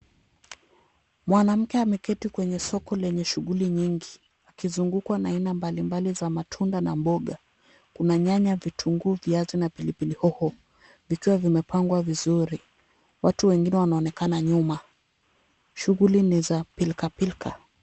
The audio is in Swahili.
Mwanamke ameketi kwenye soko lenye shughuli nyingi, akizungukwa na aina mbalimbali za matunda na mboga. Kuna nyanya, vitunguu, viazi na pilipili hoho vikiwa vimepangwa vizuri. Watu wengine wanaonekana nyuma. Shughuli ni za pilka pilka.